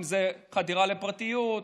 אם זה חדירה לפרטיות,